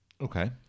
Okay